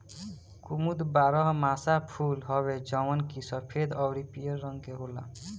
कुमुद बारहमासा फूल हवे जवन की सफ़ेद अउरी पियर रंग के होला